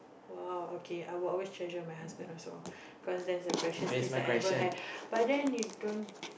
!wow! okay I will always treasure my husband also cause that's a precious gift that I've ever had but then you don't